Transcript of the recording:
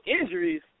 injuries